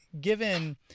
given